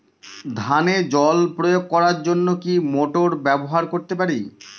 ধানে জল প্রয়োগ করার জন্য কি মোটর ব্যবহার করতে পারি?